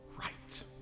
right